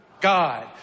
God